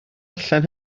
allan